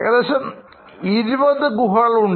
ഏകദേശംഇരുപതുഗുഹകൾ ഉണ്ട്